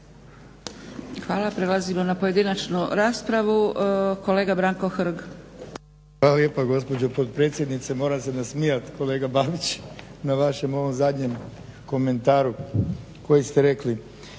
Hvala. Prelazimo na pojedinačnu raspravu. Kolega Branko Hrg. **Hrg, Branko (HSS)** Hvala lijepa gospođo potpredsjednice. Moram se nasmijat kolega Babić na vašem ovom zadnjem komentaru koji ste rekli.